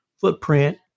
footprint